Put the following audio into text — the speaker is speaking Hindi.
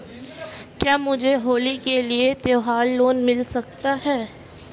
क्या मुझे होली के लिए त्यौहार लोंन मिल सकता है?